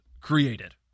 created